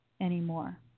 anymore